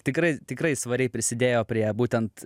tikrai tikrai svariai prisidėjo prie būtent